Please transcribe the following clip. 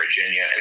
Virginia